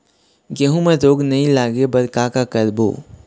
गेहूं म रोग नई लागे बर का का करबो?